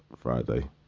Friday